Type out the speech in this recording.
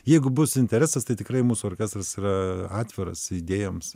jeigu bus interesas tai tikrai mūsų orkestras yra atviras idėjoms